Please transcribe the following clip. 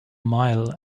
mile